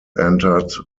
entered